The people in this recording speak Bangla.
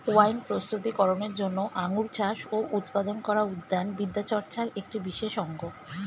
ওয়াইন প্রস্তুতি করনের জন্য আঙুর চাষ ও উৎপাদন করা উদ্যান বিদ্যাচর্চার একটি বিশেষ অঙ্গ